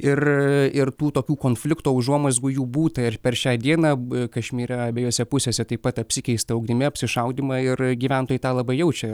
ir ir tų tokių konflikto užuomazgų jų būta ir per šią dieną kašmyre abiejose pusėse taip pat apsikeista ugnimi apsišaudymą ir gyventojai tą labai jaučia